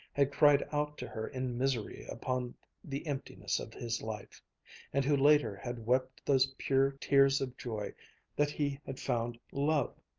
had cried out to her in misery upon the emptiness of his life and who later had wept those pure tears of joy that he had found love.